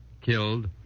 killed